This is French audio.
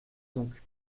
donc